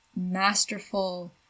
masterful